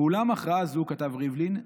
'ואולם, הכרעה זו', כתב ריבלין,